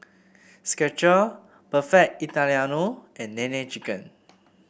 Skecher Perfect Italiano and Nene Chicken